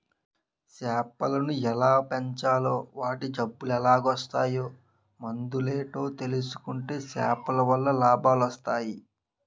సేపలను ఎలాగ పెంచాలో వాటి జబ్బులెలాగోస్తాయో మందులేటో తెలుసుకుంటే సేపలవల్ల లాభాలొస్టయి